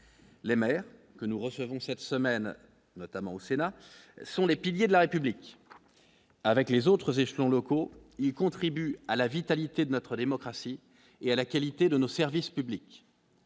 les maires que nous recevons cette semaine, notamment au Sénat sont les piliers de la République, avec les autres échelons locaux, il contribue à la vitalité de notre démocratie et à la qualité de nos services publics.